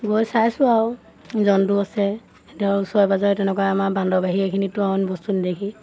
গৈ চাইছোঁ আৰু জন্তু আছে ধৰ ওচৰে পাজৰে তেনেকুৱা আমাৰ বান্ধৰবাহী এইখিনিতো অইন বস্তু নেদেখি